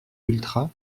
ultras